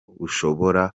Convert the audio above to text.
bushobora